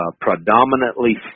predominantly